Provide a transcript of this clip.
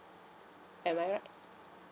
am I right